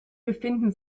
befinden